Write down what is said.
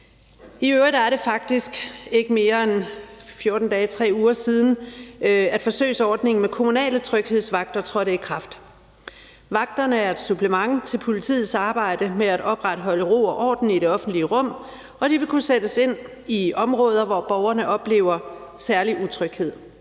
I øvrigt er det faktisk ikke mere end 2-3 uger siden, at forsøgsordningen med kommunale tryghedsvagter trådte i kraft. Vagterne er et supplement til politiets arbejde med at opretholde ro og orden i det offentlige rum, og de vil kunne sættes ind i områder, hvor borgerne oplever en særlig utryghed.